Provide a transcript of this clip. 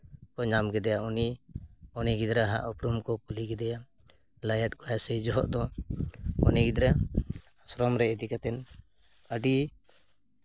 ᱠᱚ ᱧᱟᱢ ᱠᱮᱫᱮᱭᱟ ᱩᱱᱤ ᱩᱱᱤ ᱜᱤᱫᱽᱨᱟᱹᱣᱟᱜ ᱩᱯᱨᱩᱢ ᱠᱚ ᱠᱩᱞᱤ ᱠᱮᱫᱮᱭᱟ ᱞᱟᱹᱭᱟᱜ ᱠᱚᱣᱟᱭ ᱥᱮᱭ ᱡᱚᱦᱚᱜ ᱫᱚ ᱩᱱᱤ ᱜᱤᱫᱽᱨᱟᱹ ᱟᱥᱨᱚᱢ ᱨᱮ ᱤᱫᱤ ᱠᱟᱛᱮ ᱟᱹᱰᱤ